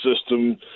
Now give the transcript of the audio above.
system